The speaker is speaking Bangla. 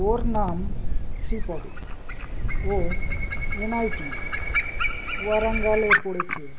ওর নাম শ্রীপদ ও এন আই টি ওয়ারাঙ্গালে পড়েছে